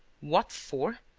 what for?